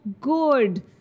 good